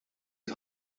die